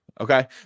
Okay